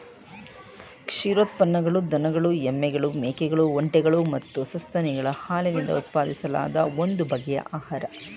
ಕ್ಷೀರೋತ್ಪನ್ನಗಳು ದನಗಳು ಎಮ್ಮೆಗಳು ಮೇಕೆಗಳು ಒಂಟೆಗಳು ಮತ್ತು ಸಸ್ತನಿಗಳ ಹಾಲಿನಿಂದ ಉತ್ಪಾದಿಸಲಾದ ಒಂದು ಬಗೆಯ ಆಹಾರ